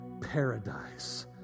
paradise